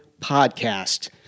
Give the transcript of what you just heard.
PODCAST